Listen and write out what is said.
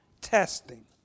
testing